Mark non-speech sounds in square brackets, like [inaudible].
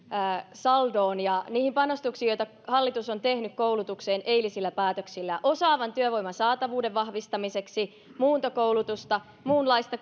saldoon ja niihin panostuksiin joita hallitus on tehnyt koulutukseen eilisillä päätöksillään osaavan työvoiman saatavuuden vahvistamiseksi muuntokoulutusta muunlaista [unintelligible]